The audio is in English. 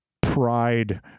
pride